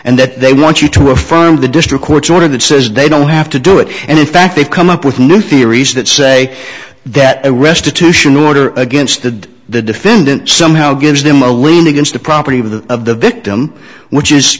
and that they want you to affirm the district court's order that says they don't have to do it and in fact they come up with new theories that say that a restitution order against the defendant somehow gives them a lien against the property of the of the victim which is